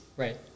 Right